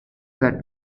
that